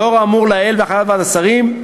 לאור האמור לעיל והחלטת ועדת השרים,